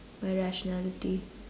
my rationality